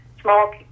small